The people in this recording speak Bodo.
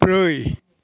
ब्रै